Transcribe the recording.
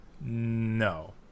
No